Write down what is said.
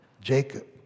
Jacob